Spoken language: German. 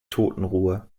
totenruhe